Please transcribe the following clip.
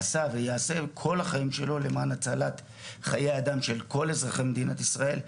עשה ויעשה כל החיים שלו למען הצלת חיי אדם של כל אזרחי מדינת ישראל,